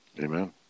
Amen